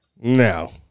No